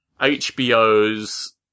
HBO's